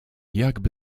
jakby